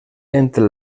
entre